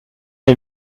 est